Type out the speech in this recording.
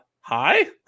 hi